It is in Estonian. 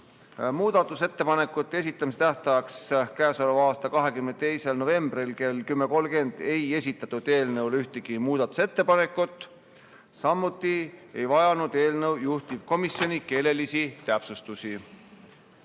Muudatusettepanekute esitamise tähtajaks, k.a 22. novembriks kella 10.30-ks ei esitatud eelnõu kohta ühtegi muudatusettepanekut. Samuti ei vajanud eelnõu juhtivkomisjoni keelelisi täpsustusi.